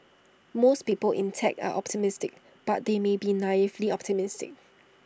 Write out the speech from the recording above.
most people in tech are optimistic but they may be naively optimistic